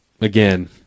again